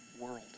world